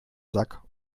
sack